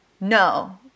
no